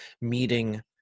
meeting